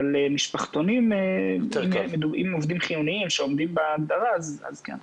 אבל משפחתונים עם עובדים חיוניים שעומדים בהגדרה כן.